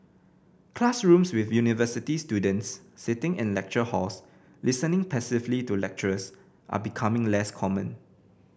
classrooms with university students sitting in lecture halls listening passively to lecturers are becoming less common